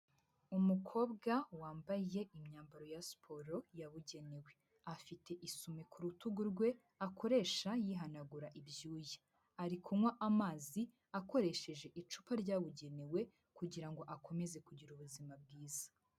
Umukobwa wambaye imyambaro ya siporo yabugenewe, afite isume ku rutugu rwe, akoresha yihanagura ibyuya. Ari kunywa amazi akoresheje icupa ryabugenewe, kugira ngo akomeze kugira ubuzima bwiza.